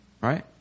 right